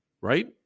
right